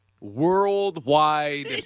worldwide